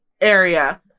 Area